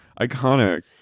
Iconic